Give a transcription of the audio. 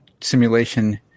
simulation